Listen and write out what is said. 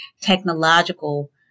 technological